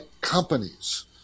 companies